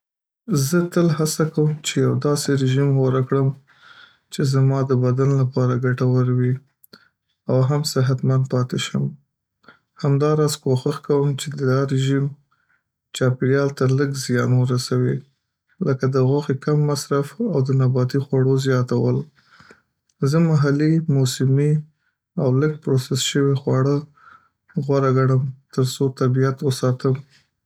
زه تل هڅه کوم چې یو داسې رژیم غوره کړم چې زما د بدن لپاره ګټور وي او صحتمند پاتې شم. همداراز کوښښ کوم چې دا رژیم چاپېریال ته لږ زیان ورسوي، لکه د غوښې کم مصرف او د نباتي خوړو زیاتول. زه محلي، موسمي او لږ پروسس شوي خواړه غوره ګڼم تر څو طبیعت وساتم.